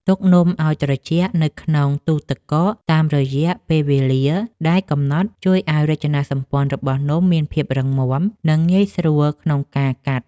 ទុកនំឱ្យត្រជាក់នៅក្នុងទូទឹកកកតាមរយៈពេលវេលាដែលកំណត់ជួយឱ្យរចនាសម្ព័ន្ធរបស់នំមានភាពរឹងមាំ និងងាយស្រួលក្នុងការកាត់។